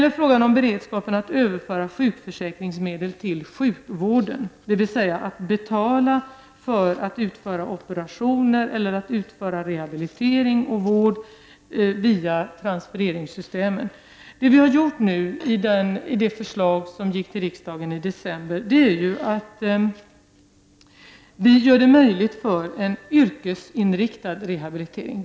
I fråga om beredskapen att överföra sjukförsäkringsmedel till sjukvården, dvs. att betala för att få operationer utförda och för att genomföra rehabilitering och vård via transfereringssystemet, vill jag säga att genom det förslag som förelades riksdagen i december gör vi det möjligt att genomföra en yrkesinriktad rehabilitering.